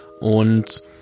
und